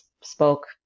spoke